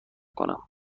کنم